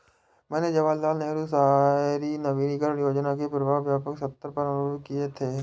मैंने जवाहरलाल नेहरू शहरी नवीनकरण योजना के प्रभाव व्यापक सत्तर पर अनुभव किये थे